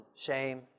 shame